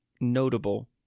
notable